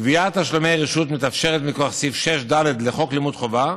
גביית תשלומי רשות מתאפשרת מכוח סעיף 6(ד) לחוק לימוד חובה.